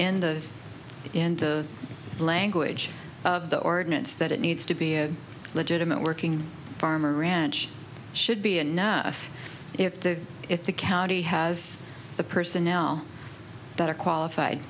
in the language of the ordinance that it needs to be a legitimate working farm or ranch should be enough if the if the county has the personnel that are qualified